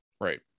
right